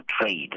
trade